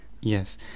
Yes